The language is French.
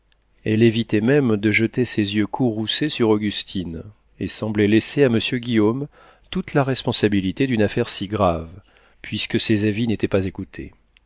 elle évitait même de jeter ses yeux courroucés sur augustine et semblait laisser à monsieur guillaume toute la responsabilité d'une affaire si grave puisque ses avis n'étaient pas écoutés